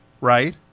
right